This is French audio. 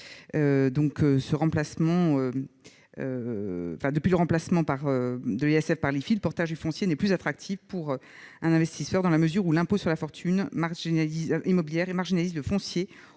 Depuis le remplacement de l'ISF par l'IFI, le portage foncier n'est plus attractif pour les investisseurs, dans la mesure où l'impôt sur la fortune immobilière marginalise le foncier